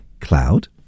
Cloud